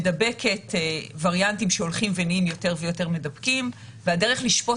מדבקת עם וריאנטים שהולכים ונהיים יותר ויותר מדבקים והדרך לשפוט